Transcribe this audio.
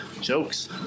jokes